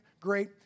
great